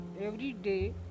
everyday